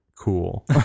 cool